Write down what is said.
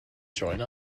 join